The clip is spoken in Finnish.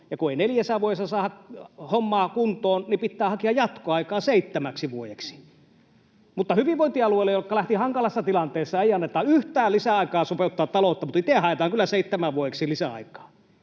ja kun ei neljässä vuodessa saada hommaa kuntoon, niin pitää hakea jatkoaikaa seitsemäksi vuodeksi. Hyvinvointialueille, jotka lähtivät hankalassa tilanteessa, ei anneta yhtään lisää aikaa sopeuttaa talouttaan, mutta itse haetaan kyllä seitsemäksi vuodeksi lisäaikaa.